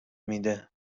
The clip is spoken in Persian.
میده